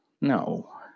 No